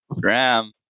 Graham